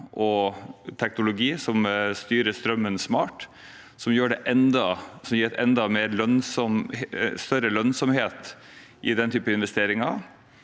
og teknologi som styrer strømmen smart, som gir enda større lønnsomhet i denne typen investeringer,